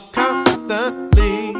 constantly